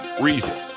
reason